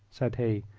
said he.